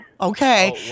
Okay